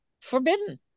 forbidden